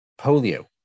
polio